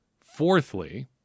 Fourthly